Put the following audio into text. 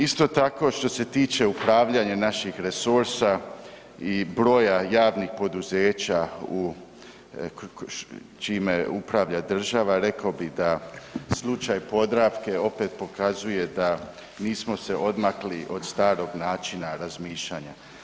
Isto tako, što se tiče upravljanja naših resursa i broja javnih poduzeća u, čime upravlja država, rekao bih da slučaj Podravke opet pokazuje da nismo se odmakli od starog načina razmišljanja.